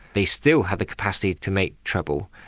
they still had the capacity to make trouble.